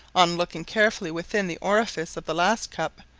on looking carefully within the orifice of the last cup,